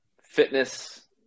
fitness